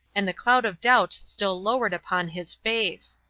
and the cloud of doubt still lowered upon his face.